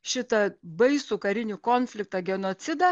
šitą baisų karinį konfliktą genocidą